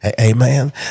Amen